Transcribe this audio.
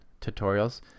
tutorials